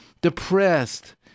depressed